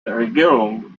regierung